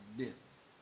business